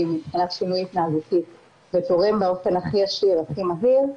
מבחינת שינוי התנהגותי ותורם באופן ישיר והכי מהיר,